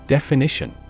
Definition